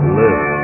live